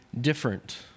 different